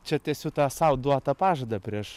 čia tęsiu tą sau duotą pažadą prieš